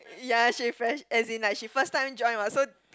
ya she fresh as in like she first time join what so